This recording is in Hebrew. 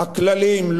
הכלליים,